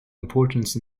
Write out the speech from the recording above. importance